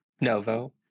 Novo